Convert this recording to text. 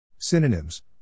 Synonyms